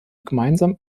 gemeinsam